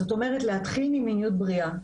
זאת אומרת, להתחיל ממיניות בריאה.